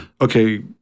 okay